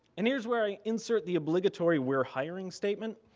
and here's where i insert the obligatory we're hiring statement,